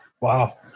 Wow